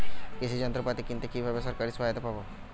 কৃষি যন্ত্রপাতি কিনতে কিভাবে সরকারী সহায়তা পাব?